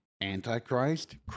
Antichrist